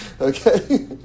Okay